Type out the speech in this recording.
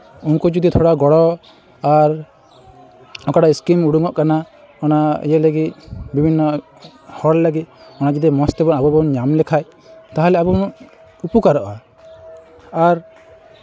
ᱩᱱᱠᱩ ᱡᱚᱫᱤ ᱛᱷᱚᱲᱟ ᱜᱚᱲᱚ ᱟᱨ ᱚᱠᱟᱴᱟᱜ ᱥᱠᱤᱢ ᱩᱰᱩᱠᱚᱜ ᱠᱟᱱᱟ ᱚᱱᱟ ᱤᱭᱟᱹ ᱞᱟᱹᱜᱤᱫ ᱵᱤᱵᱷᱤᱱᱱᱚ ᱦᱚᱲ ᱞᱟᱹᱜᱤᱫ ᱚᱱᱟ ᱡᱩᱫᱤ ᱢᱚᱡᱽ ᱛᱮ ᱟᱵᱚ ᱵᱚᱱ ᱧᱟᱢ ᱞᱮᱠᱷᱟᱱ ᱛᱟᱦᱚᱞᱮ ᱟᱵᱚ ᱢᱟ ᱩᱯᱚᱠᱟᱨᱚᱜᱼᱟ ᱟᱨ